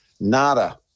Nada